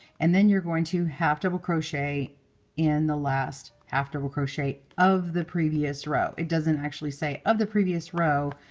and then you're going to half double crochet in the last half double crochet of the previous row. it doesn't actually say of the previous row,